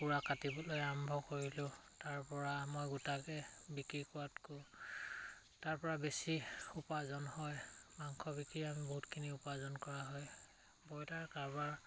পুৰা কাটিবলৈ আৰম্ভ কৰিলোঁ তাৰপৰা মই গোটাকে বিক্ৰী কৰাতকৈও তাৰপৰা বেছি উপাৰ্জন হয় মাংস বিক্ৰী আমি বহুতখিনি উপাৰ্জন কৰা হয় ব্ৰইলাৰ কাৰোবাৰ